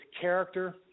character